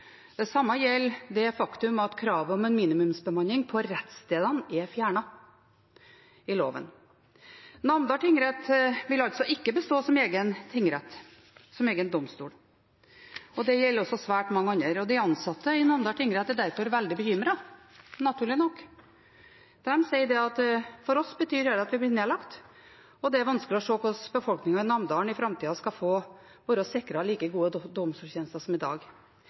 loven. Namdal tingrett vil altså ikke bestå som egen tingrett, som egen domstol. Dette gjelder også svært mange andre. De ansatte i Namdal tingrett er derfor veldig bekymret, naturlig nok. De sier at for dem betyr dette at de blir nedlagt, og det er vanskelig å se hvordan befolkningen i Namdalen i framtida skal være sikret like gode domstoltjenester som i dag.